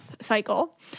cycle